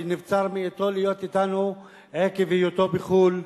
שנבצר ממנו להיות אתנו עקב היותו בחו"ל,